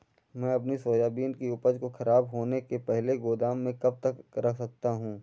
मैं अपनी सोयाबीन की उपज को ख़राब होने से पहले गोदाम में कब तक रख सकता हूँ?